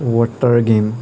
water game